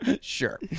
sure